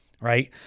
right